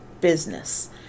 business